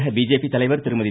தமிழக பிஜேபி தலைவர் திருமதி